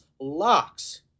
Locks